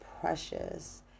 precious